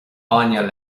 bainne